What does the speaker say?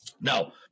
Now